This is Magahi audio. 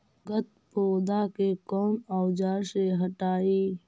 गत्पोदा के कौन औजार से हटायी?